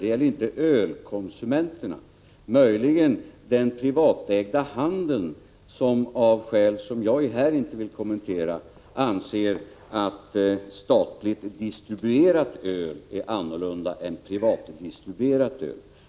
Det gäller inte ölkonsumenterna — möjligen anser den privatägda handeln, av skäl som jag inte här vill kommentera, att statligt distribuerat öl är annorlunda än privat distribuerat öl.